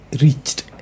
reached